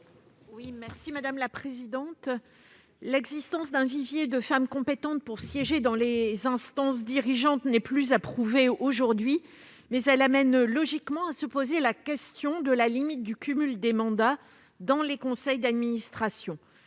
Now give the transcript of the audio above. à Mme Martine Filleul. L'existence d'un vivier de femmes compétentes pour siéger dans les instances dirigeantes n'est plus à prouver aujourd'hui, mais elle amène à se poser la question de la limite du cumul des mandats dans les conseils d'administration.